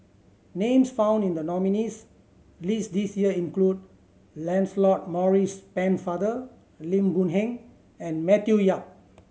names found in the nominees' list this year include Lancelot Maurice Pennefather Lim Boon Heng and Matthew Yap